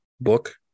book